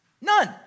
None